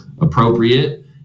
appropriate